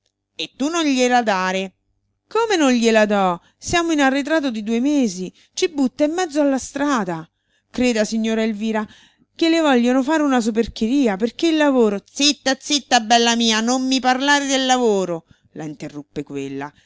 e tu non gliela dare come non gliela do siamo in arretrato di due mesi ci butta in mezzo alla strada creda signora elvira che le vogliono fare una soperchieria perché il lavoro zitta zitta bella mia non mi parlare del lavoro la interruppe quella